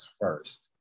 first